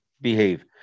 Behave